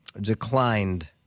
declined